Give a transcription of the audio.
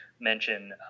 mention